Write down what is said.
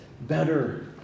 better